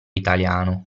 italiano